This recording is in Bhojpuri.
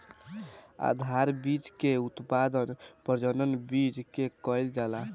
आधार बीज के उत्पादन प्रजनक बीज से कईल जाला